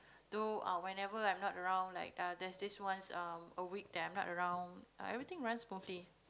though uh whenever I'm not around like uh there's this once um a week that I'm not around uh everything run smoothly